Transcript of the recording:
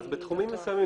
אז בתחומים מסוימים,